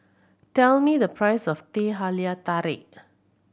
tell me the price of Teh Halia Tarik